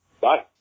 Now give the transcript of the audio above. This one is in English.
bye